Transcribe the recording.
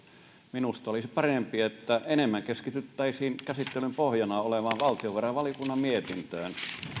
minusta olisi parempi että enemmän keskityttäisiin käsittelyn pohjana olevaan valtiovarainvaliokunnan mietintöön